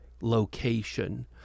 location